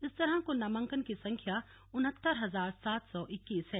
इस तरह कुल नामांकन की संख्या उनहत्तर हजार सात सौ इक्कीस है